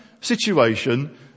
situation